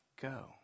go